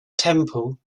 temple